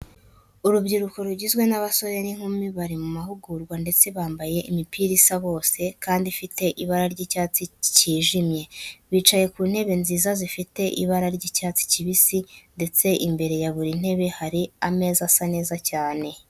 Urubyiruko rugizwe n'abasore n'inkumi bari mu mahugurwa ndetse bambaye imipira isa bose kandi ifite ibara ry'icyatsi kijimye. Bicaye ku ntebe nziza zifite ibara ry'icyatsi kibisi ndetse imbere ya buri ntebe hari ameza asa neza cyane.